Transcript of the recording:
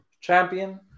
champion